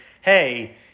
hey